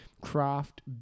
craft